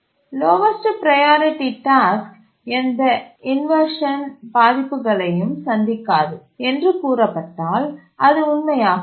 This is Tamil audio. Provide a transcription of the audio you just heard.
லோவஸ்டு ப்ரையாரிட்டி டாஸ்க் எந்த இன்வர்ஷன் பாதிப்புகளையும் சந்திக்காது என்று கூறப்பட்டால் அது உண்மையாக இருக்கும்